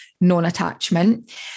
non-attachment